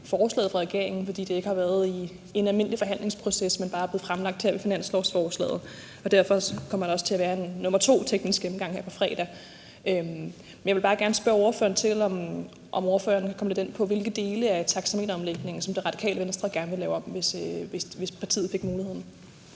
forslaget fra regeringen, fordi det ikke har været i en almindelig forhandlingsproces, men bare er blevet fremsat her i finanslovsforslaget. Derfor kommer der også til at være en nr. 2 teknisk gennemgang her på fredag. Jeg vil bare gerne spørge ordføreren, om ordføreren vil komme lidt ind på, hvilke dele af taxameteromlægningen, som Radikale Venstre gerne vil lave om, hvis partiet fik muligheden.